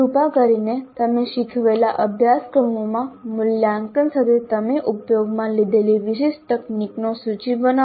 કૃપા કરીને તમે શીખવેલા અભ્યાસક્રમોમાં મૂલ્યાંકન સાથે તમે ઉપયોગમાં લીધેલી વિશિષ્ટ તકનીકોની સૂચિ બનાવો